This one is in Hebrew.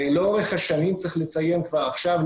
צריך לציין כבר עכשיו,